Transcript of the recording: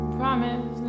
promise